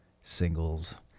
singles